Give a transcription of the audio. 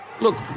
look